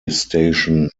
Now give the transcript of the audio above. station